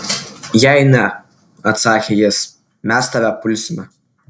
jei ne atsakė jis mes tave pulsime